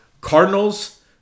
Cardinals